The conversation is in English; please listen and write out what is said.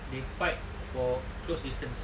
they fight for close distance